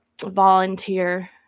Volunteer